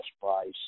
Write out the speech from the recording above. price